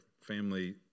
family